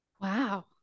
Wow